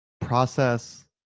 process